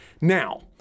Now